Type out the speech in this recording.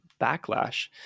backlash